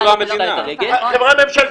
הרווחה והשירותים החברתיים חיים כץ: חברה ממשלתית.